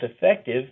effective